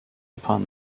upon